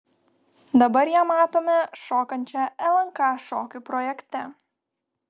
dabar ją matome šokančią lnk šokių projekte